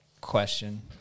Question